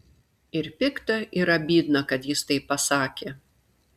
ir pikta ir abydna kad jis taip pasakė